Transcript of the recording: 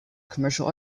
commercial